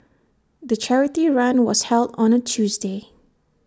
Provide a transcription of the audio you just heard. the charity run was held on A Tuesday